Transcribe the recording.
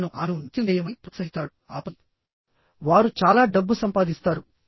అతను ఆమెను నృత్యం చేయమని ప్రోత్సహిస్తాడుఆపై వారు చాలా డబ్బు సంపాదిస్తారు